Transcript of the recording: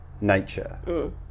nature